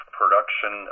production